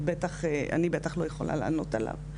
אני בטח לא יכולה לענות עליו,